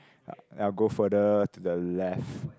I'll go further to the left